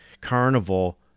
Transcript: carnival